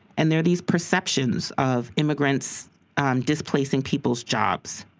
and there are these perceptions of immigrants um displacing people's jobs.